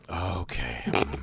okay